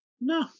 No